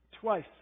Twice